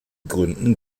gründen